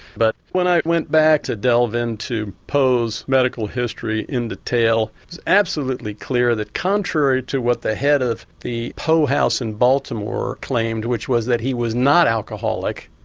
but when i went back to delve into poe's medical history in the tale it's absolutely clear that contrary to what the head of the poe house in baltimore claimed which was that he was not alcoholic,